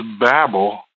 babble